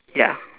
ya